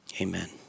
amen